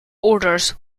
orders